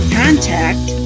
contact